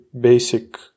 basic